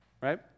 right